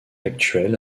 actuel